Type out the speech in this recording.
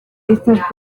estas